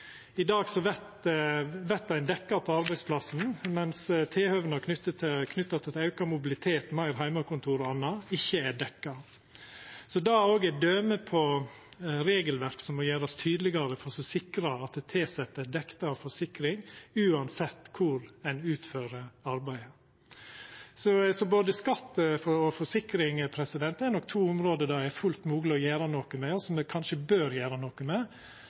I dag vert ein dekt på arbeidsplassen, mens tilhøva knytte til auka mobilitet, meir heimekontor og anna ikkje er dekte. Det er òg døme på regelverk som må gjerast tydelegare, for å sikra at tilsette er dekte av forsikring uansett kvar ein utfører arbeidet. Både skatt og forsikring er to område det nok er fullt mogleg å gjera nok med, og som me kanskje bør gjera noko med